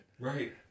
Right